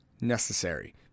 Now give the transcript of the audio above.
necessary